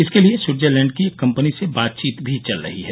इसके लिए स्विटजरलैंड की एक कंपनी से बातचीत भी चल रही है